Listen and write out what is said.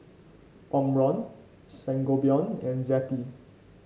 Omron Sangobion and Zappy